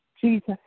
Jesus